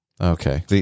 Okay